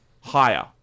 Higher